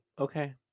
Okay